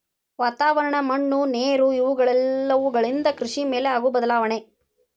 ವಾತಾವರಣ, ಮಣ್ಣು ನೇರು ಇವೆಲ್ಲವುಗಳಿಂದ ಕೃಷಿ ಮೇಲೆ ಆಗು ಬದಲಾವಣೆ